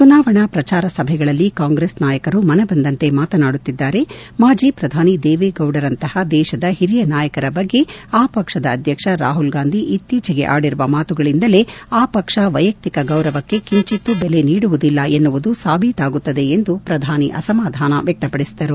ಚುನಾವಣಾ ಪ್ರಚಾರ ಸಭೆಗಳಲ್ಲಿ ಕಾಂಗ್ರೆಸ್ ನಾಯಕರು ಮನಬಂದಂತೆ ಮಾತನಾಡುತ್ತಿದ್ದಾರೆ ಮಾಣಿ ಪ್ರಧಾನಿ ದೇವೇಗೌಡರಂತಹ ದೇಶದ ಹಿರಿಯ ನಾಯಕರ ಬಗ್ಗೆ ಆ ಪಕ್ಷದ ಅಧ್ಯಕ್ಷ ರಾಹುಲ್ ಗಾಂಧಿ ಇತ್ತೀಚೆಗೆ ಆಡಿರುವ ಮಾತುಗಳಿಂದಲೇ ಆ ಪಕ್ಷ ವ್ಯೆಯಕ್ತಿಕ ಗೌರವಕ್ಕೆ ಕಿಂಚಿತ್ತೂ ಬೆಲೆ ನೀಡುವುದಿಲ್ಲ ಎನ್ನುವುದು ಸಾಬೀತಾಗುತ್ತದೆ ಎಂದು ಪ್ರಧಾನಿ ಅಸಮಾಧಾನ ವ್ಯಕ್ತಪಡಿಸಿದರು